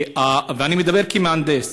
ואני מדבר כמהנדס.